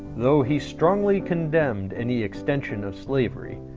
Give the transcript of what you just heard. though he strongly condemned any extension of slavery,